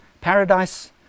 Paradise